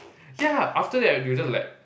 ya after that they'll just like